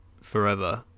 forever